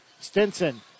stinson